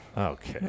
Okay